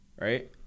Right